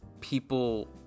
people